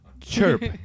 Chirp